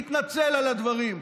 יתנצל על הדברים.